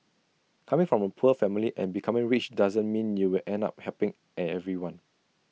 coming from A poor family and becoming rich doesn't mean you will end up helping at everyone